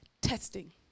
testing